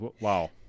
wow